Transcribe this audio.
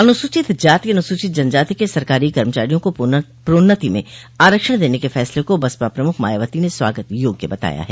अनुसूचित जाति अनुसूचित जनजाति के सरकारी कर्मचारियों को प्रोन्नति में आरक्षण देने के फैसले को बसपा प्रमुख मायावती ने स्वागत योग्य बताया है